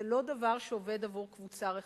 זה לא דבר שעובד עבור קבוצה רחבה.